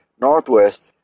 Northwest